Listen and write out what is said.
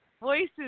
voices